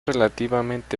relativamente